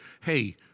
hey